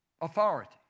authority